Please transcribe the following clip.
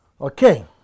Okay